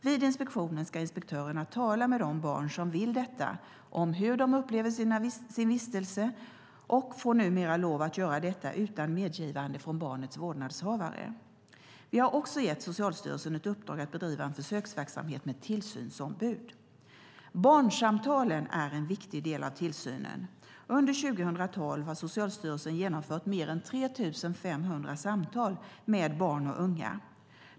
Vid inspektionen ska inspektörerna tala med de barn som vill detta om hur de upplever sin vistelse och får numera lov att göra detta utan medgivande från barnets vårdnadshavare. Vi har också gett Socialstyrelsen ett uppdrag att bedriva en försöksverksamhet med tillsynsombud. Barnsamtalen är en viktig del av tillsynen. Under 2012 har Socialstyrelsen genomfört mer än 3 500 samtal med barn och unga.